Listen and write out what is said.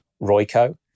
Royco